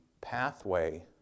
pathway